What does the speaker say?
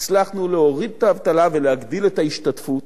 הצלחנו להוריד את האבטלה ולהגדיל את ההשתתפות.